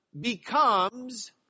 becomes